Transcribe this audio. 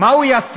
מה הוא יעשה?